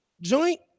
joint